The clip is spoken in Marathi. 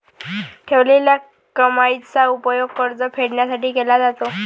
ठेवलेल्या कमाईचा उपयोग कर्ज फेडण्यासाठी केला जातो